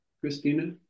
Christina